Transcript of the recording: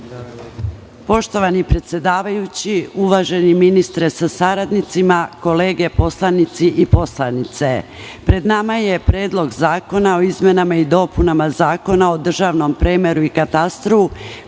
Poštovani predsedavajući, uvaženi ministre sa saradnicima, kolege poslanici i poslanice, pred nama je Predlog zakona o izmenama i dopunama Zakona o državnom premeru i katastru,